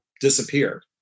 disappeared